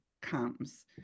comes